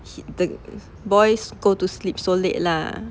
he~ the boys go to sleep so late lah